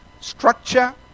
structure